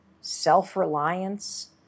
self-reliance